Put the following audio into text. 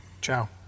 ciao